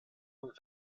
und